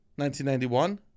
1991